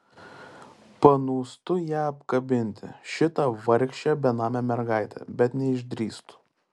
panūstu ją apkabinti šitą vargšę benamę mergaitę bet neišdrįstu